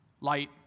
Light